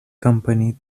company